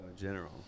general